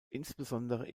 insbesondere